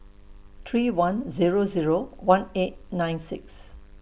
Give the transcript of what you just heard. three one Zero Zero one eight nine six